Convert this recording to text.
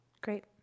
Great